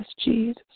Jesus